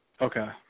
Okay